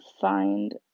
find